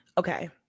Okay